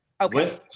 Okay